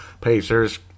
Pacers